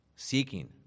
Seeking